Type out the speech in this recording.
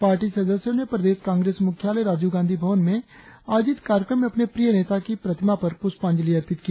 party सदस्यों ने प्रदेश कांग्रेस मुख्यालय राजीव गांधी भवन में आयोजित कार्यक्रम में अपने प्रिय नेता की प्रतिमा पर पुष्पांजली अर्पित की